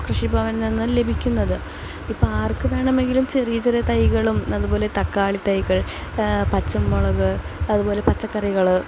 കൃഷിഭവനിൽ നിന്ന് ലഭിക്കുന്നത് ഇപ്പോൾ ആർക്കുവേണമെങ്കിലും ചെറിയ ചെറിയ തൈകളും അതുപോലെ തക്കാളിത്തൈകൾ പച്ചമുളക് അതുപോലെ പച്ചക്കറികൾ